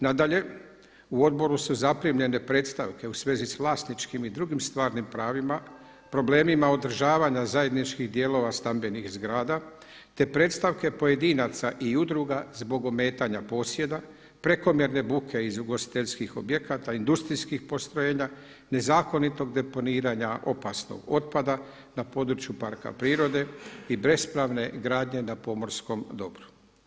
Nadalje, u Odboru su zaprimljene predstavke u svezi sa vlasničkim i drugim stvarnim pravima, problemima održavanja zajedničkih dijelova stambenih zgrada te predstavke pojedinaca i udruga zbog ometanja posjeda, prekomjerne buke iz ugostiteljskih objekata, industrijskih postrojenja, nezakonitog deponiranja opasnog otpada na području parka prirode i bespravne gradnje na pomorskom dobru.